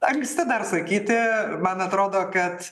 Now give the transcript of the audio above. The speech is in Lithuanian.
anksti dar sakyti man atrodo kad